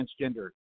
transgender